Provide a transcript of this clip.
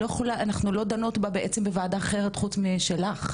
אנחנו לא דנות בה בעצם בוועדה אחרת חוץ משלך.